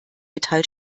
metall